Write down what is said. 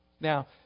Now